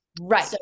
Right